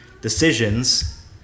decisions